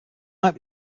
might